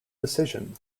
decision